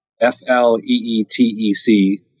F-L-E-E-T-E-C